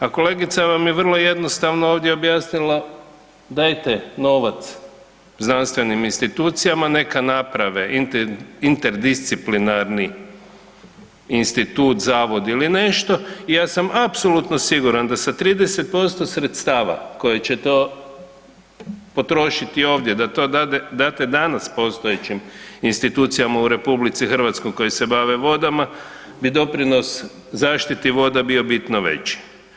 A kolegica vam je vrlo jednostavno ovdje objasnila dajte novac znanstvenim institucijama neka naprave interdisciplinarni institut, zavod ili nešto i ja sam apsolutno siguran da sa 30% sredstava koje će to potrošiti ovdje da to date danas postojećim institucijama u RH koji se bave vodama bi doprinos zaštiti voda bio bitno veći.